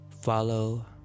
follow